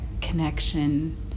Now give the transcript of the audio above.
connection